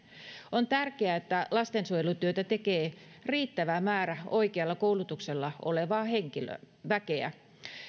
on tärkeää että lastensuojelutyötä tekee riittävä määrä oikealla koulutuksella olevaa väkeä